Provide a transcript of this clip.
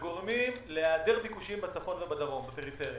וגורמים להיעדר ביקושים בצפון ובדרום בפריפריה.